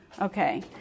Okay